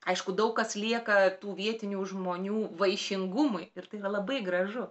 aišku daug kas lieka tų vietinių žmonių vaišingumui ir tai yra labai gražu